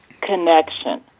Connection